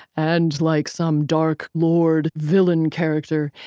and like some dark lord villain character,